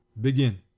begin